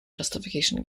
justification